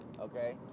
Okay